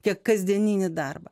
tiek kasdieninį darbą